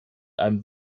einem